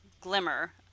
glimmer